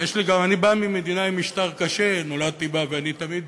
אני בא ממדינה עם משטר קשה, נולדתי בה, ואני תמיד